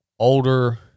Older